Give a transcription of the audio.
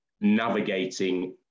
navigating